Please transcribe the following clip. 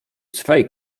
swej